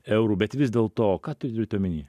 eurų bet vis dėl to ką turit omeny